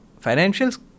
financials